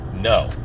No